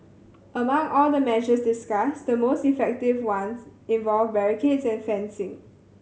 among all the measures discussed the most effective ones involved barricades and fencing